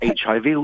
HIV